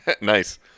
Nice